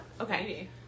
Okay